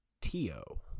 Tio